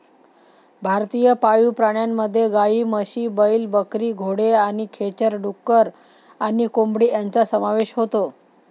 भारतीय पाळीव प्राण्यांमध्ये गायी, म्हशी, बैल, बकरी, घोडे आणि खेचर, डुक्कर आणि कोंबडी यांचा समावेश होतो